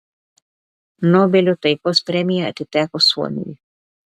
nobelio taikos premija atiteko suomiui